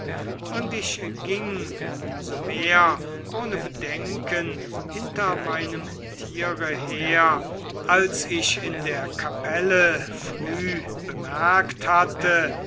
und ich ging um so mehr ohne bedenken hinter meinem tiere her als ich in der kapelle früh bemerkt hatte